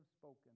spoken